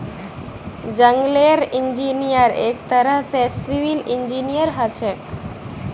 जंगलेर इंजीनियर एक तरह स सिविल इंजीनियर हछेक